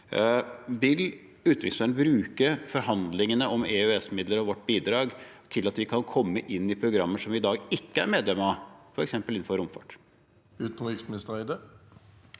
Vil utenriksministeren bruke forhandlingene om EØS-midler og vårt bidrag til at vi kan komme inn i programmer som vi i dag ikke er medlem av, f.eks. innenfor romfart?